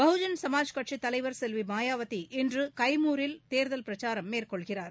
பகுஜன் சமாஜ்கட்சித் தலைவர் செல்வி மாயாவதி இன்று கைமூரில் இன்று தேர்தல் பிரச்சாரம் மேற்கொள்கிறார்